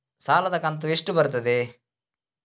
ಸಾಲದ ಕಂತು ಎಷ್ಟು ಬರುತ್ತದೆ?